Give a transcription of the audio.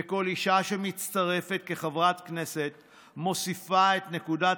וכל אישה שמצטרפת כחברת כנסת מוסיפה את נקודת